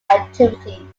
activity